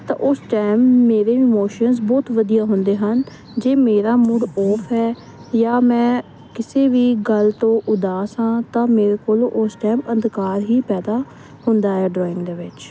ਤਾਂ ਉਸ ਟਾਈਮ ਮੇਰੇ ਇਮੋਸ਼ਨਸ ਬਹੁਤ ਵਧੀਆ ਹੁੰਦੇ ਹਨ ਜੇ ਮੇਰਾ ਮੂਡ ਓਫ ਹੈ ਜਾਂ ਮੈਂ ਕਿਸੇ ਵੀ ਗੱਲ ਤੋਂ ਉਦਾਸ ਹਾਂ ਤਾਂ ਮੇਰੇ ਕੋਲ ਉਸ ਟਾਈਮ ਅੰਧਕਾਰ ਹੀ ਪੈਦਾ ਹੁੰਦਾ ਹੈ ਡਰਾਇੰਗ ਦੇ ਵਿੱਚ